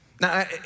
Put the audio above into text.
Now